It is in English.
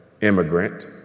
immigrant